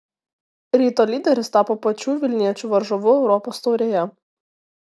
ryto lyderis tapo pačių vilniečių varžovu europos taurėje